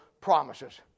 promises